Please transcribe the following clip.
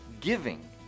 giving